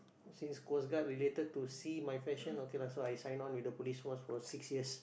since coast guard related to sea my fashion okay lah so I sign on with the Police Force for six years